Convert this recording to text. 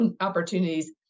opportunities